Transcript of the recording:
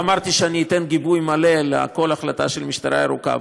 ואמרתי שאני אתן גיבוי מלא לכל החלטה של המשטרה הירוקה.